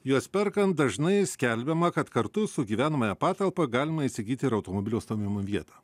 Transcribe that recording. juos perkant dažnai skelbiama kad kartu su gyvenamąja patalpa galima įsigyti ir automobilio stovėjimo vietą